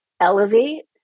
elevate